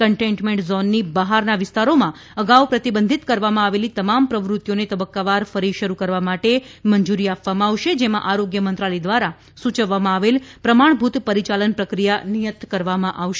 containment ઝોનની બહારના વિસ્તારોમાં અગાઉ પ્રતિબંધિત કરવામાં આવેલી તમામ પ્રવૃત્તિઓને તબક્કાવાર ફરી શરૂ કરવા માટે મંજૂરી આપવામાં આવશે જેમાં આરોગ્ય મંત્રાલય દ્વારા સૂચવવામાં આવેલ પ્રમાણભૂત પરિચાલન પ્રક્રિયા નિયત કરવામાં આવશે